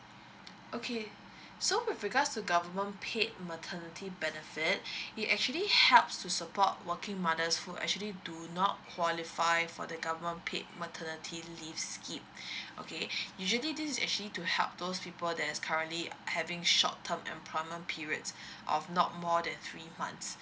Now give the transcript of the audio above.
okay so with regards to government paid maternity benefit it actually helps to support working mothers who actually do not qualify for the government paid maternity leave scheme okay usually this is actually to help those people there's currently uh having short term employment periods of not more than three months